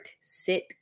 sit